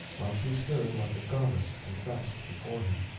while she stood like a goddess confessed before him.